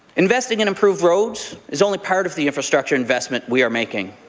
investing in improved roads is only part of the infrastructure investment we are making.